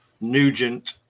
Nugent